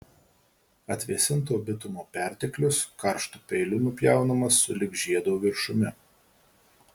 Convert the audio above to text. atvėsinto bitumo perteklius karštu peiliu nupjaunamas sulig žiedo viršumi